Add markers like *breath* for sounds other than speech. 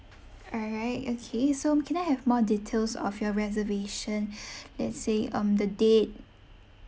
all right okay so can I have more details of your reservation *breath* let's say um the date